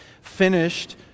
finished